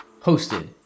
hosted